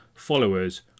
followers